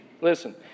Listen